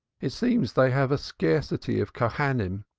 it seems they have a scarcity of cohenim,